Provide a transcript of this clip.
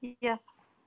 Yes